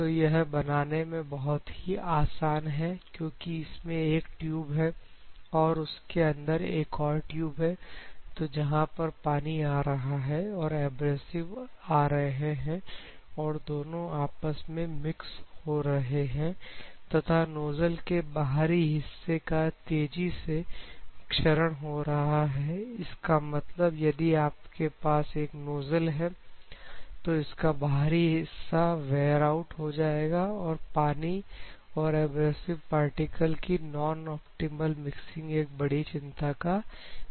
तो यह बनाने में बहुत ही आसान है क्योंकि इसमें एक ट्यूब है और उसके अंदर एक और ट्यूब है तो जहां पर पानी आ रहा है और एब्रेसिव आ रहे हैं और दोनों आपस में मिक्स हो रहे हैं तथा नोजल के बाहरी हिस्से का तेजी से शरण हो रहा है इसका मतलब यदि आपके पास एक नोज़ल है तो इसका बाहरी हिस्सा वेयर आउट हो जाएगा तो पानी और एब्रेसिव पार्टिकल की नॉन ऑप्टिमल मिक्सिंग एक बड़ी चिंता का विषय है